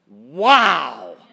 wow